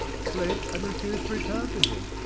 fled, and refused to return to him,